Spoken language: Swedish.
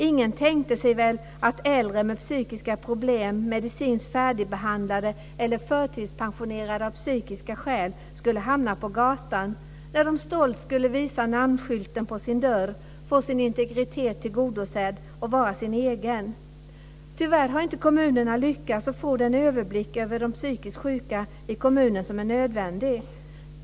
Ingen tänkte sig väl att äldre med psykiska problem, medicinskt färdigbehandlade eller de som förtidspensionerats av psykiska skäl skulle hamna på gatan, när de stolt skulle visa på namnskylten på sin dörr, få sin integritet tillgodosedd och vara sin egen. Tyvärr har inte kommunerna lyckats att få den överblick över de psykiskt sjuka i kommunerna som är nödvändig.